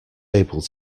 able